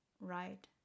right